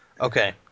Okay